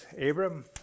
Abram